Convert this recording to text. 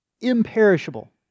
Imperishable